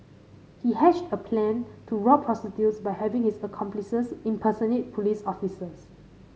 he hatched a plan to rob prostitutes by having his accomplices impersonate police officers